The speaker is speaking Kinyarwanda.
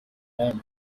bandi